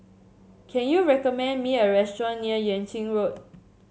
can you recommend me a restaurant near Yuan Ching Road